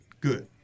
Good